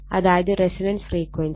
അതായത് resonance frequency